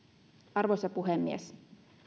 arvoisa puhemies